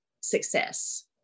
success